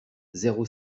zéro